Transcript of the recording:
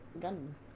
gun